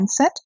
mindset